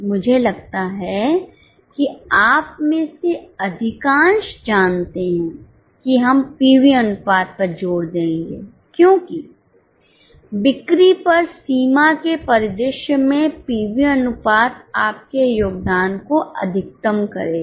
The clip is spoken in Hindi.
मुझे लगता है कि आप में से अधिकांश जानते हैं कि हम पीवी अनुपात पर जोर देंगे क्योंकि बिक्री पर सीमा के परिदृश्य में पीवी अनुपात आपके योगदान को अधिकतम करेगा